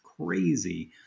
crazy